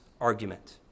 argument